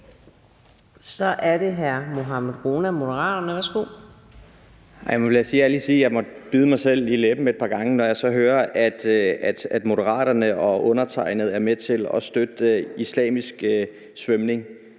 Så er det hr. Mohammad Rona, Moderaterne. Værsgo. Kl. 15:22 Mohammad Rona (M): Nu må jeg lige sige, at jeg har måttet bide mig selv i læben et par gange, når jeg så hører, at Moderaterne og undertegnede er med til at støtte islamisk svømning.